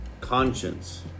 conscience